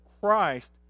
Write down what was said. Christ